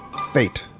fate